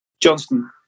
Johnston